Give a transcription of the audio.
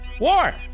War